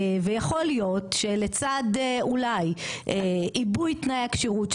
ויכול להיות שלצד אולי עיבוי תנאי הכשירות,